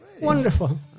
Wonderful